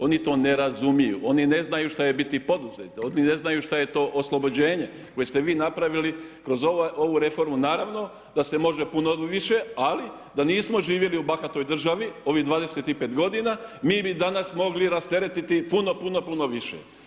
Oni to ne razumiju, oni ne znaju što je biti poduzetnik, oni ne znaju što je to oslobođenje, koje ste vi napravili, kroz ovu reformu, naravno da se može puno više, ali da nismo živjeli u ovoj bahatoj državi ovih 25 g. mi bi danas mogli rasteretiti puno puno više.